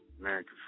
America